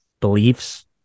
beliefs